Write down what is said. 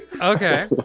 Okay